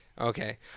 Okay